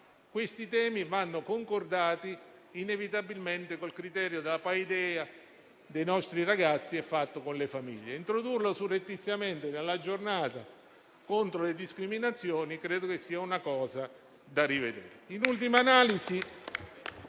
Questi temi, però, vanno concordati inevitabilmente col criterio della *paideia* dei nostri ragazzi e con le famiglie. Introdurli surrettiziamente nella giornata contro le discriminazioni è un punto da rivedere.